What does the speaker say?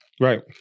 Right